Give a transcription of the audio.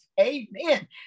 amen